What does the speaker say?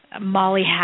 Molly